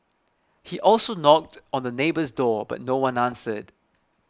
he also knocked on the neighbour's door but no one answered